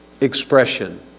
expression